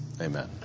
Amen